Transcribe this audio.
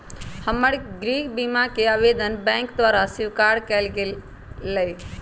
हमर गृह बीमा कें आवेदन बैंक द्वारा स्वीकार कऽ लेल गेलय